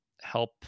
help